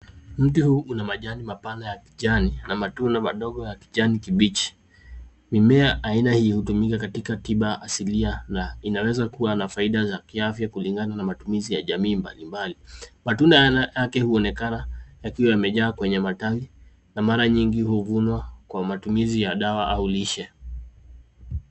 Mti huu una majani mapana ya kijani na matunda madogo ya kijani kibichi. Mimea aina hii hutumika katika tiba asilia na inaweza kuwa na faida za kiafya kulingana na matumizi ya jamii mbalimbali. Matunda yake huonekana yakiwa yamejaa kwenye matawi na mara nyingi huvunwa kwa matumizi ya dawa au lishe.